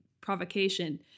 provocation